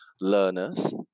learners